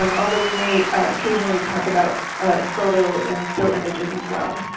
um although we may occasionally talk about photos and still images as well.